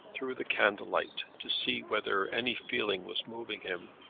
through the candlelight, to see whether any feeling was moving him